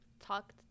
Talked